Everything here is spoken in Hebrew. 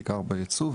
בעיקר בייצוא,